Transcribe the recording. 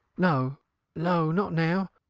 no no not now,